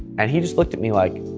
and he just looked at me like,